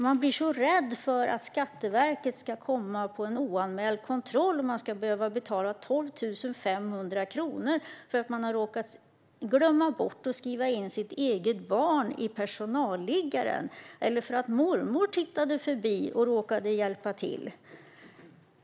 Man blir rädd för att Skatteverket ska komma och göra oanmäld kontroll och att man ska behöva betala 12 500 kronor för att man har råkat glömma att skriva in sitt eget barn i personalliggaren eller för att mormor tittade förbi och råkade hjälpa till.